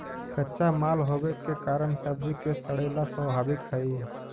कच्चा माल होवे के कारण सब्जि के सड़ेला स्वाभाविक हइ